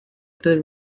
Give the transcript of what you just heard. the